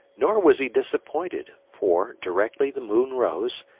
nor was he disappointed, for, directly the moon rose,